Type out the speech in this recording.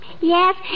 Yes